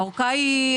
הארכה היא,